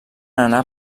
anar